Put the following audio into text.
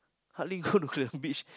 hardly go to the beach